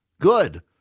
good